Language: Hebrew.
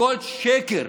הכול שקר.